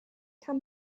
can